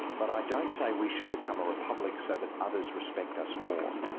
but i don't say we should become a republic so that others respect us more.